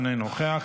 אינו נוכח,